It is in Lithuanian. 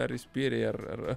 ar įspyrei ar ar